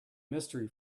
mystery